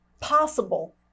possible